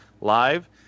live